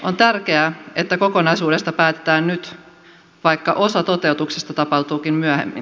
on tärkeää että kokonaisuudesta päätetään nyt vaikka osa toteutuksista tapahtuukin myöhemmin